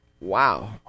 Wow